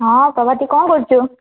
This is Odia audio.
ହଁ ପ୍ରଭାତୀ କ'ଣ କରୁଛୁ